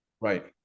right